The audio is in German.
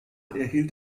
erhielt